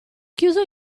chiuso